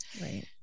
Right